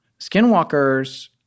Skinwalkers